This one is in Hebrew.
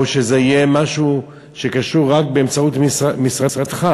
או שזה יהיה משהו רק באמצעות משרדך?